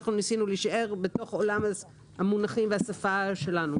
אנחנו ניסינו להישאר בתוך עולם המונחים והשפה שלנו.